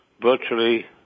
virtually